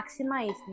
maximize